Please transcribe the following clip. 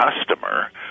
customer